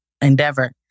endeavor